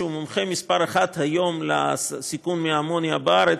שהוא המומחה מס' 1 היום לסיכון מאמוניה בארץ,